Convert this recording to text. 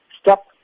Stop